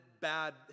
bad